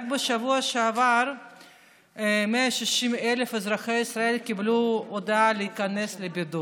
רק בשבוע שעבר 160,000 אזרחי ישראל קיבלו הודעה להיכנס לבידוד.